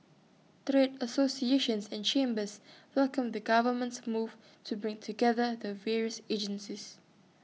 associations and chambers welcomed the government's move to bring together the various agencies